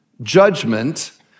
judgment